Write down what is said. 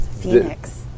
phoenix